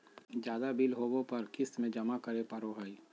ज्यादा बिल होबो पर क़िस्त में जमा करे पड़ो हइ